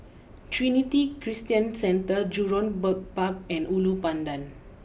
Trinity Christian Centre Jurong Bird Park and Ulu Pandan